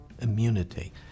immunity